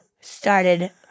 started